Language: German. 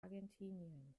argentinien